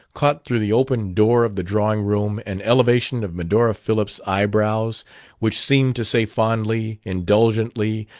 caught through the open door of the drawing room an elevation of medora phillips' eyebrows which seemed to say fondly indulgently,